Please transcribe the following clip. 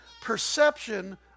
Perception